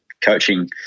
coaching